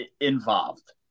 involved